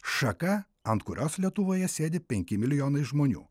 šaka ant kurios lietuvoje sėdi penki milijonai žmonių